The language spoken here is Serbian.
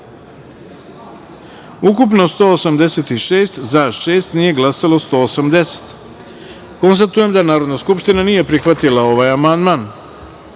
ukupno – 186, za – šest, nije glasalo – 180.Konstatujem da Narodna skupština nije prihvatila ovaj amandman. Na